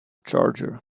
charger